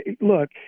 look